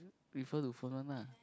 refer to phone one lah